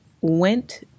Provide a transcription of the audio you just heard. went